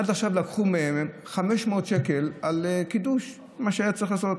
עד עכשיו לקחו מהם 500 שקל על קידוש למה שהיה צריך לעשות.